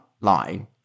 line